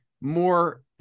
more